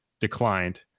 declined